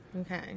Okay